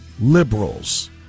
liberals